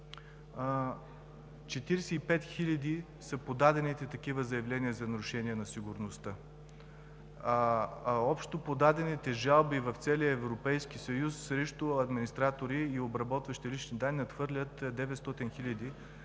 – подадените такива заявления за нарушение на сигурността са 45 хиляди. Общо подадените жалби в целия Европейски съюз срещу администратори и обработващи лични данни надхвърлят 900